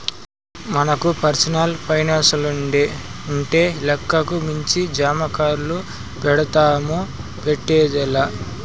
మనకు పర్సనల్ పైనాన్సుండింటే లెక్కకు మించి జమాకర్సులు పెడ్తాము, పెట్టేదే లా